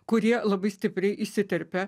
kurie labai stipriai įsiterpia